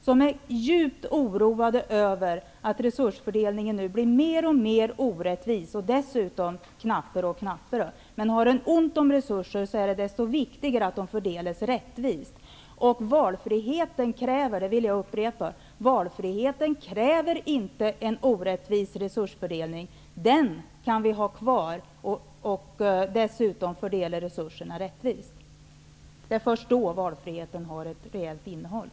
De är djupt oroade över att resursfördelningen nu blir mer och mer orättvis och dessutom knappare och knappare. Om man har ont om resurser är det desto viktigare att de fördelas rättvist. Valfriheten kräver inte, det vill jag upprepa, en orättvis resursfördelning. Den kan vi ha kvar och fördela resurserna rättvist. Det är först då valfriheten får ett reellt innehåll.